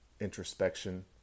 introspection